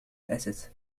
أتت